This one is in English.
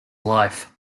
life